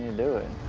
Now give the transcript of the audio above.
narrator